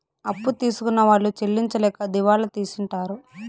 అప్పు తీసుకున్న వాళ్ళు చెల్లించలేక దివాళా తీసింటారు